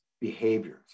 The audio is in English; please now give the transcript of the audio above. behaviors